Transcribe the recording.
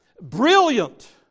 brilliant